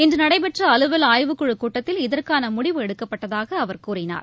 இன்று நடைபெற்ற அலுவல் ஆய்வுக்குழு கூட்டத்தில் இதற்கான முடிவு எடுக்கப்பட்டதாக அவர் கூறினார்